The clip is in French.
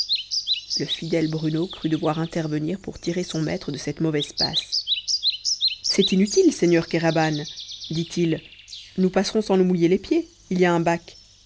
le fidèle bruno crut devoir intervenir pour tirer son maître de cette mauvaise passe c'est inutile seigneur kéraban dit-il nous passerons sans nous mouiller les pieds il y a un bac